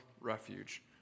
Refuge